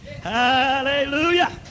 Hallelujah